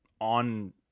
on